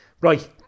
right